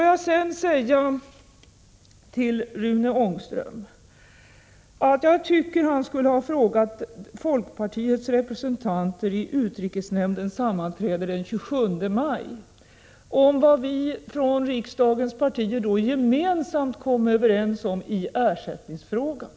Jag vill vidare till Rune Ångström säga att jag tycker att han skulle ha frågat folkpartiets representanter vid utrikesnämndens sammanträde den 27 maj vad riksdagspartierna kom överens om i ersättningsfrågan.